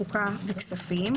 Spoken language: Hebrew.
חוקה וכספים,